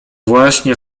właśnie